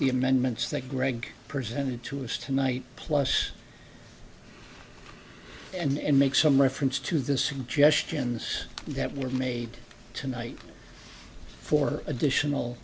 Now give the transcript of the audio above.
the amendments that gregg presented to us tonight plus and make some reference to the suggestions that were made tonight for additional